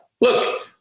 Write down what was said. Look